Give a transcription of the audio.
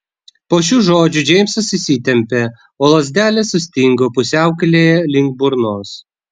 po šių žodžių džeimsas įsitempė o lazdelės sustingo pusiaukelėje link burnos